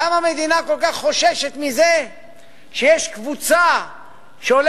למה המדינה כל כך חוששת מזה שיש קבוצה שהולכת